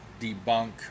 debunk